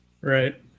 Right